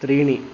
त्रीणि